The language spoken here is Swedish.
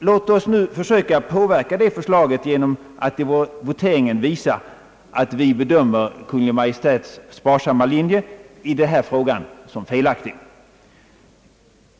Låt oss nu försöka påverka detta förslag genom att i voteringen visa att vi bedömer Kungl. Maj:ts sparsamma linje i denna fråga som felaktig.